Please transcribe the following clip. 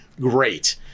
great